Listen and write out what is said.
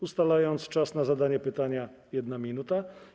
Ustalam czas na zadanie pytania - 1 minuta.